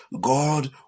God